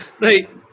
Right